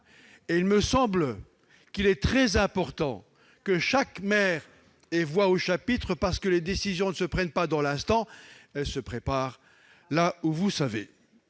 À mon sens, il est très important que chaque maire ait voix au chapitre : les décisions ne se prennent pas dans l'instant, elles se préparent où vous savez